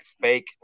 fake